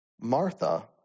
Martha